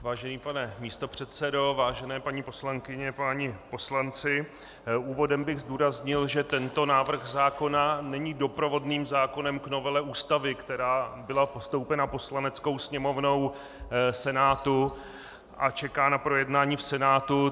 Vážený pane místopředsedo, vážené paní poslankyně, páni poslanci, úvodem bych zdůraznil, že tento návrh zákona není doprovodným zákonem k novele Ústavy, která byla postoupena Poslaneckou sněmovnou Senátu a čeká na projednání v Senátu.